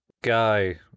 guy